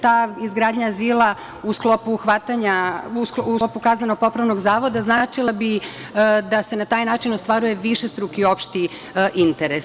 Ta izgradnja azila u sklopu kazneno-popravnog zavoda značila bi da se na taj način ostvaruje višestruki opšti interes.